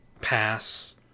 pass